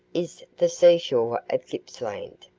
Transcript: is the sea shore of gippsland.